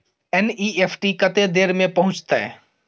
NEFT कत्ते देर में पहुंचतै?